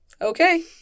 Okay